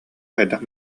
хайдах